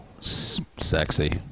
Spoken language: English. Sexy